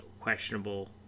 questionable